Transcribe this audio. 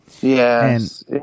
Yes